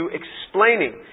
explaining